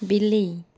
ବିଲେଇ